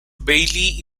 bailey